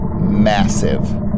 massive